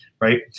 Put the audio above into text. right